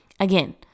Again